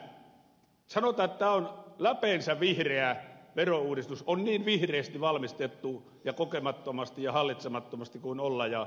sanotaan että tämä läpeensä vihreä verouudistus on niin vihreästi valmistettu ja kokemattomasti ja hallitsemattomasti kuin olla ja osaa